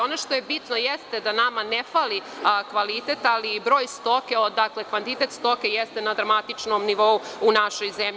Ono što je bitno jeste da nama ne fali kvalitet, ali i broj stoke, odakle kvantitet stoke jeste na dramatičnom nivou u našoj zemlji.